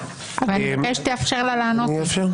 אני מבקש שתאפשר להם לענות לי.